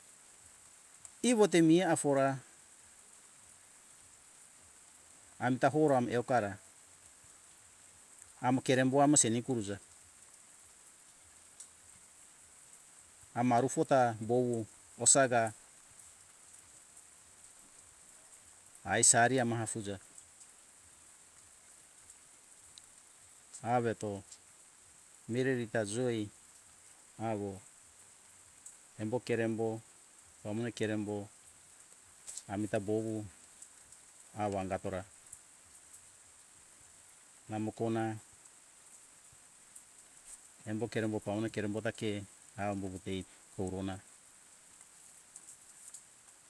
Iwote mi afora amta hora me eukara amo kerembo amo seni kuruza ama arufota bowu osaga aisari ama afuja aweto mirerita joi awo embo kerembo pamone kerembo amita bowu awa angatora namo kona embo kerembo pamone kerembo ta ke am korona